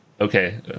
Okay